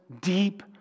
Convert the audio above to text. Deep